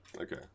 okay